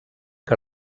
que